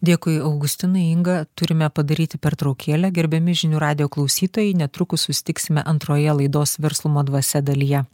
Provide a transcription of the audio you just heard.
dėkui augustinai inga turime padaryti pertraukėlę gerbiami žinių radijo klausytojai netrukus susitiksime antroje laidos verslumo dvasia dalyje